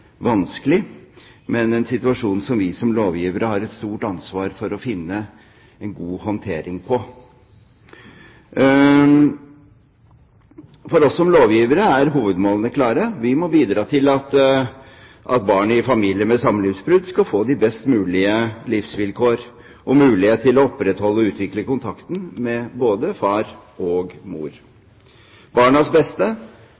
vanskelig, men en situasjon som vi som lovgivere har et stort ansvar for å finne en god håndtering på. For oss som lovgivere er hovedmålene klare. Vi må bidra til at barn i familier der det blir samlivsbrudd, skal få de best mulige livsvilkår og ha mulighet til å opprettholde og utvikle kontakten med både far og